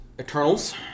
Eternals